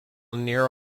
near